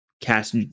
cast